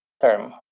term